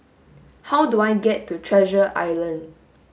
how do I get to Treasure Island